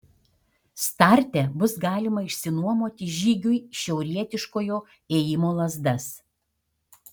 starte bus galima išsinuomoti žygiui šiaurietiškojo ėjimo lazdas